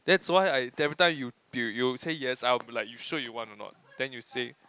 that's why I every time you you say yes I'll be like you sure you want or not then you say